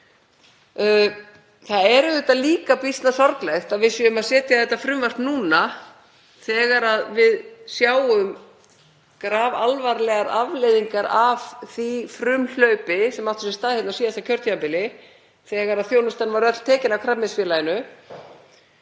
Það er auðvitað líka býsna sorglegt að við séum að leggja þetta frumvarp fram núna þegar við sjáum grafalvarlegar afleiðingar af því frumhlaupi sem átti sér stað á síðasta kjörtímabili þegar þjónustan var öll tekin af Krabbameinsfélaginu